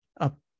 up